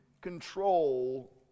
control